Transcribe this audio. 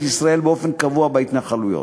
ישראל בוחרת באופן קבוע בהתנחלויות.